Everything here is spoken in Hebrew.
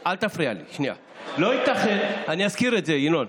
אני אזכיר את זה, ינון.